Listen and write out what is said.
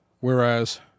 Whereas